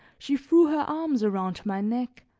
she threw her arms around my neck,